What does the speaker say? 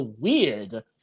weird